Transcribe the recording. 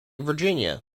virginia